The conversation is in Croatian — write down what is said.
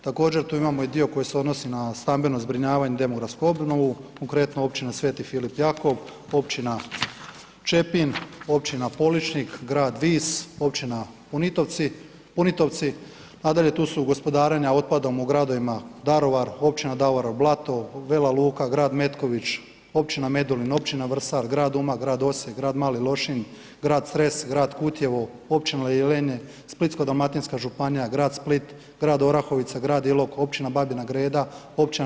Također tu imamo dio koji se odnosi na stambeno zbrinjavanje i demografsku obnovu, konkretno općina Sveti Filip Jakov, općina Čepin, općina Poličnik, grad Vis, općina Punitovci, nadalje tu su gospodarenja otpadom u gradovima Daruvar, općina Daruvar, Blato, Vela Luka, grad Metković, općina Medulin, općina Vrsar, grad Umag, grad Osijek, grad Mali Lošinj, grad Cres, grad Kutjevo, općina Jelenje, Splitsko-dalmatinska županija, grad Split, grad Orahovica, grad Ilok, općina Babina Greda, općina